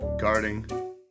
guarding